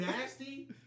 nasty